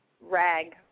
rag